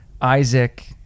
Isaac